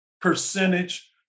percentage